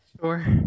Sure